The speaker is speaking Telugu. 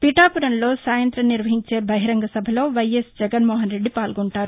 పిఠాపురంలో సాయంత్రం నిర్వహించే బహిరంగ సభలో వైఎస్ జగన్మోహన్రెడ్డి పాల్గొంటారు